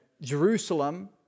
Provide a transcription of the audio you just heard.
Jerusalem